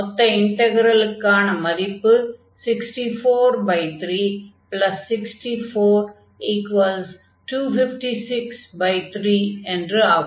மொத்த இன்டக்ரலுக்கான மதிப்பு 643642563 என்று ஆகும்